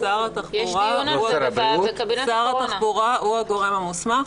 שר התחבורה הוא הגורם המוסמך.